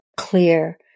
clear